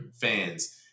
fans